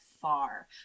far